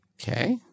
Okay